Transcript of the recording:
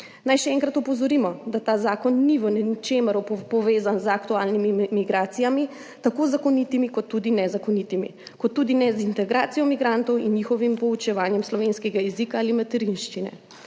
Naj še enkrat opozorimo, da ta zakon ni v ničemer povezan z aktualnimi migracijami, tako zakonitimi kot tudi nezakonitimi, kot tudi ne z integracijo migrantov in njihovim poučevanjem slovenskega jezika ali materinščine.